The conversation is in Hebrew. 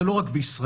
לא רק בישראל,